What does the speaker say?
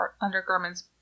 undergarments